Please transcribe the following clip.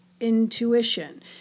intuition